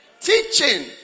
Teaching